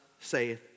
saith